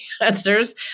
answers